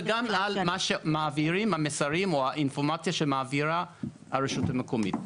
וגם על מה שמעבירים המסרים או האינפורמציה שמעבירה הרשות המקומית.